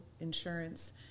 insurance